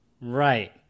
right